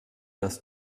dass